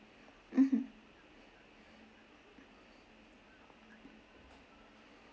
mmhmm